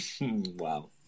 wow